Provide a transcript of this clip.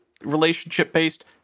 relationship-based